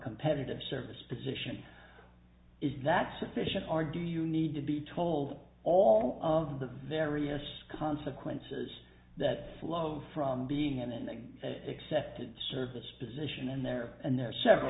competitive service position is that sufficient or do you need to be told all of the various consequences that flow from being an ending accepted service position in there and there are several